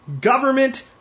government